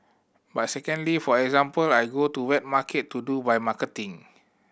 but secondly for example I go to wet market to do my marketing